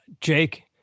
jake